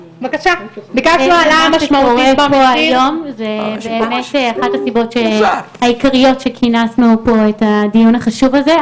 זו ממש אחת הסיבות העיקריות שכינסנו פה את הדיון החשוב הזה.